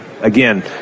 again